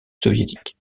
soviétique